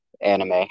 anime